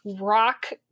rock